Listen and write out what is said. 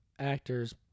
actors